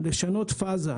לשנות פאזה.